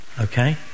Okay